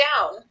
down